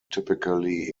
typically